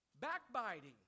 backbiting